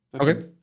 Okay